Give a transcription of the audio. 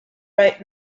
right